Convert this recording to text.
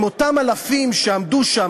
אם אותם אלפים שעמדו שם,